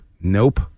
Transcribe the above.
Nope